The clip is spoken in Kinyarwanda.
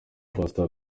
pastor